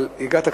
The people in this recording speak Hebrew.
אבל הגעת,